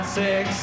six